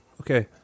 Okay